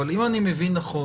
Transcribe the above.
אבל, אם אני מבין נכון,